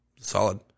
solid